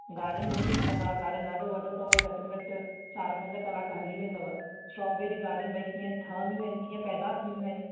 garden ॾाढो वॾो अथव घटि में घटि चारि पंज कलाकु हली वेंदव स्ट्रॉबेरी गार्डन भई कीअं ठहंदियूं आहिनि कीअं पैदा थींदियूं आहिनि